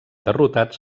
derrotats